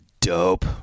dope